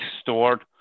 stored